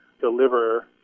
deliver